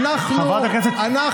הציבור לא רוצה לשמוע אתכם.